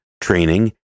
training